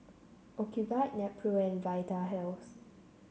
Ocuvite Nepro and Vitahealth